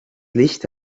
licht